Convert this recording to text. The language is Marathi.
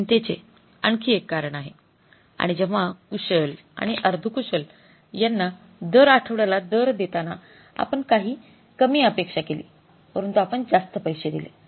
हे चिंतेचे आणखी एक कारण आहे आणि जेव्हा कुशल आणि अर्धकुशल यांना दर आठवड्याला दर देताना आपण काही कमी अपेक्षा केली परंतु आपण जास्त पैसे दिले